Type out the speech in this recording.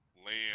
Land